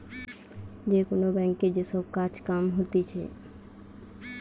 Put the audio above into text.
যে কোন ব্যাংকে যে সব কাজ কাম হতিছে